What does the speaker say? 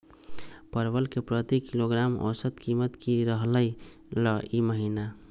परवल के प्रति किलोग्राम औसत कीमत की रहलई र ई महीने?